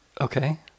okay